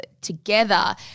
together